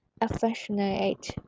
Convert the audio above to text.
affectionate